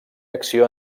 acció